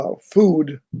food